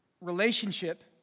relationship